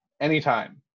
anytime